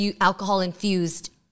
alcohol-infused